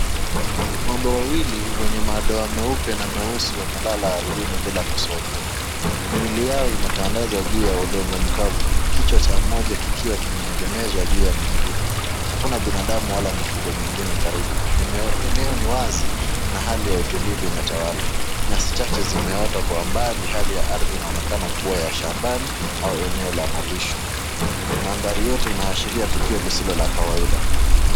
Ng'ombe wawili wenye madoa meusi na meupe wamelala ardhini bila kusogea, miili yao imetandazwa juu ya udongo mkavu, kichwa cha moja kikiwa kimeegemezwa juu ya mwingine, hakuna binadamu wala mifugo wengine karibu, eneo ni wazi na hali ya utulivu inatawala, nyasi chache zimeota kwa mbali, hali ya arhi inaonekana kuwa ya shambani au ya eneo la malisho, mandahri yote yanaashiria tukio lisilo la kawaida.